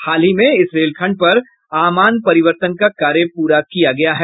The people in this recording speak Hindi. हाल ही में इस रेलखंड पर आमान परिवर्तन का कार्य पूरा किया गया है